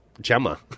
Gemma